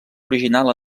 original